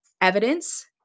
evidence